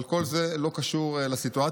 אבל כל זה לא קשור לסיטואציה.